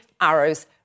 arrows